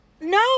No